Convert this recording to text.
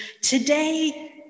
Today